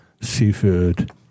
seafood